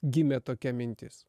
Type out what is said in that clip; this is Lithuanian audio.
gimė tokia mintis